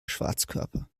schwarzkörper